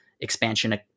Expansion